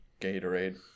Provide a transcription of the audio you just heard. Gatorade